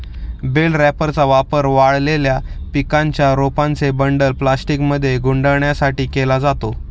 bell रॅपरचा वापर वाळलेल्या पिकांच्या रोपांचे बंडल प्लास्टिकमध्ये गुंडाळण्यासाठी केला जातो